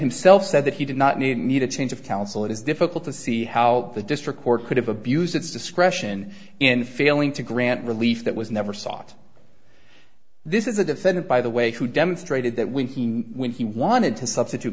himself said that he did not need me to change of counsel it is difficult to see how the district court could have abused its discretion in failing to grant relief that was never sought this is a defendant by the way who demonstrated that when he when he wanted to substitute